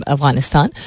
Afghanistan